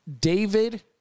David